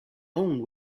owned